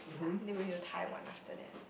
they going to Taiwan after that